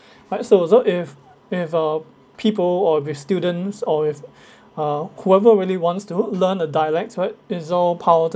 like so although if if uh people or if students or if uh whoever really wants to learn a dialects right is all power to